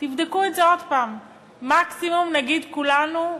תבדקו את זה עוד פעם, מקסימום נגיד כולנו: